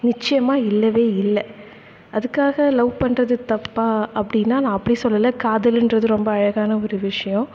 நிச்சயமா இல்லவே இல்லை அதுக்காக லவ் பண்றது தப்பா அப்படின்னா நான் அப்படி சொல்லலை காதலுன்றது ரொம்ப அழகான ஒரு விஷயம்